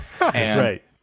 Right